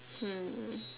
hmm